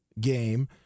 game